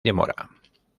demora